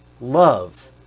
Love